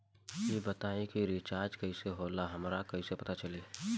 ई बताई कि रिचार्ज कइसे होला हमरा कइसे पता चली?